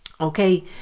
okay